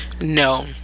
no